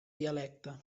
dialecte